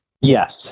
Yes